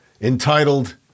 entitled